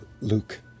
Luke